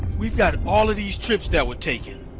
we've got all of these trips that were taken.